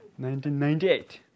1998